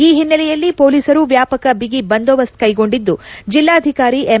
ಆ ಹಿನ್ನೆಲೆಯಲ್ಲಿ ಪೊಲೀಸರು ವ್ಯಾಪಕ ಬಿಗಿ ಬಂದೋಬಸ್ತ್ ಕೈಗೊಂಡಿದ್ದು ಜಿಲ್ಲಾಧಿಕಾರಿ ಎಂ